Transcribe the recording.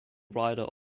writer